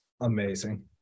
Amazing